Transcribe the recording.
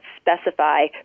specify